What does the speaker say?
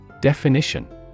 Definition